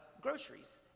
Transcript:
groceries